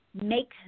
make